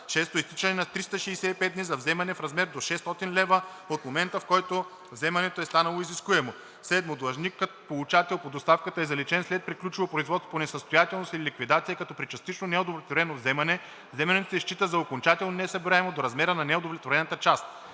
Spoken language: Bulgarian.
6. изтичане на 365 дни за вземане в размер до 600 лева от момента, в който вземането е станало изискуемо; 7. длъжникът – получател по доставката, е заличен след приключило производство по несъстоятелност или ликвидация, като при частично неудовлетворено вземане вземането се счита за окончателно несъбираемо до размера на неудовлетворената част.